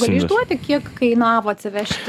gali išduoti kiek kainavo atsivežti